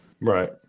Right